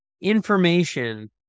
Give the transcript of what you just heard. information